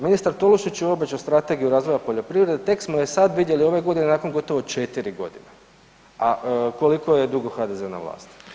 Ministar Tolušić je obećao strategiju razvoja poljoprivrede tek smo je sad vidjeli ove godine nakon gotovo četiri godine, a koliko je dugo HDZ na vlasti.